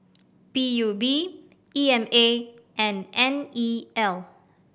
P U B E M A and N E L